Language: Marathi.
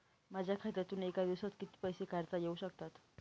माझ्या खात्यातून एका दिवसात किती पैसे काढता येऊ शकतात?